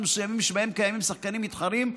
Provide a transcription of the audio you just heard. מסוימים שבהם קיימים שחקנים מתחרים,